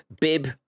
bib